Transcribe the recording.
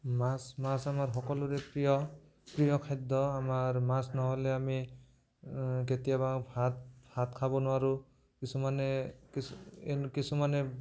মাছ মাছ আমাৰ সকলোৰে প্ৰিয় প্ৰিয় খাদ্য আমাৰ মাছ নহ'লে আমি কেতিয়াবা ভাত ভাত খাব নোৱাৰোঁ কিছুমানে কিছ কিছুমানে